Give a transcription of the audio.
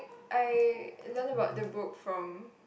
I learn about the book from